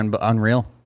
unreal